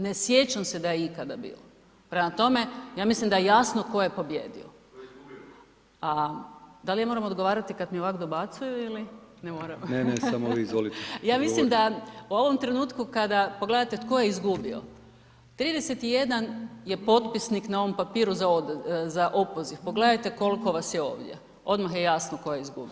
Ne sjećam se da je ikada bilo prema tome, ja mislim da je jasno tko je pobijedio. … [[Upadica sa strane, ne razumije se.]] A da li ja moram odgovarati kad mi ovako dobacuje ili…? [[Upadica Brkić: Ne, ne, samo vi izvolite.]] Ja mislim da u ovom trenutku kada pogledate tko je izgubio, 31 je potpisnik na ovom papiru za opoziv, pogledajte koliko vas je ovdje, odmah je jasno tko je izgubio.